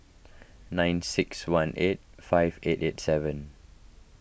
nine six one eight five eight eight seven